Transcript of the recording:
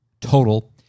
total